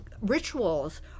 Rituals